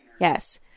yes